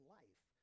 life